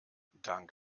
dank